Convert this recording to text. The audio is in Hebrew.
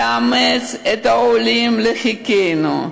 לאמץ את העולים לחיקנו,